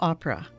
Opera